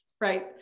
right